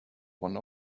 one